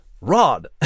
rod